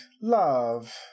love